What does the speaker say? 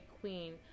queen